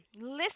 Listen